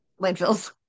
landfills